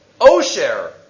Osher